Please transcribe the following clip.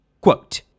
Quote